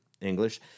English